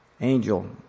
Angel